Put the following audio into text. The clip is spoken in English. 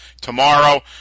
tomorrow